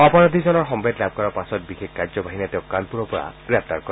অপৰাধীজনৰ সম্ভেদ লাভ কৰাৰ পাছত বিশেষ কাৰ্যবাহিনীয়ে তেওঁক কানপুৰৰ পৰা গ্ৰেপ্তাৰ কৰে